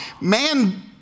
man